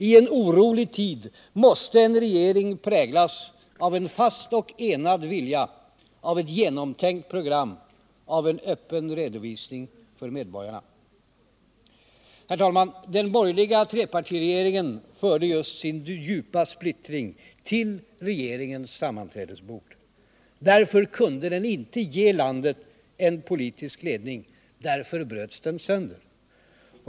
I en orolig tid måste en regering präglas av en fast och enad vilja, av ett genomtänkt program, av en öppen redovisning för medborgarna.” Herr talman! Den borgerliga trepartiregeringen förde just sin djupa splittring till regeringens sammanträdesbord. Därför kunde den inte ge landet en politisk ledning. Därför bröts den sönder.